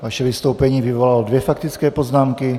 Vaše vystoupení vyvolalo dvě faktické poznámky.